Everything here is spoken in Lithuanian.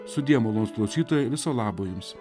sudie malonūs klausytojai viso labo jums